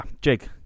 Jake